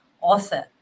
author